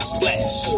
Splash